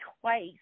twice